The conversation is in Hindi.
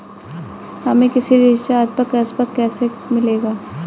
हमें किसी रिचार्ज पर कैशबैक कैसे मिलेगा?